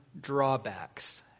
drawbacks